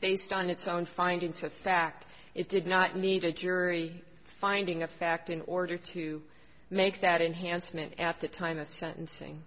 based on its own findings of fact it did not need a jury finding a fact in order to make that enhancement at the time of sentencing